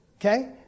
Okay